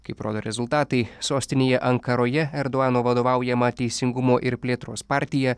kaip rodo rezultatai sostinėje ankaroje erdogano vadovaujamą teisingumo ir plėtros partija